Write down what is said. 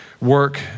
work